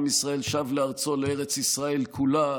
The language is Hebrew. עם ישראל שב לארצו לארץ ישראל כולה,